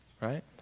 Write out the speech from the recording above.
right